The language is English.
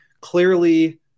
clearly